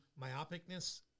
myopicness